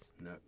No